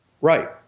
Right